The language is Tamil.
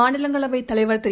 மாநிலங்களவைத் தலைவர் திரு